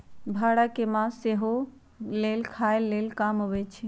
भेड़ा के मास सेहो लेल खाय लेल काम अबइ छै